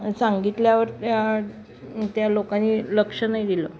सांगितल्यावर त्या त्या लोकांनी लक्ष नाही दिलं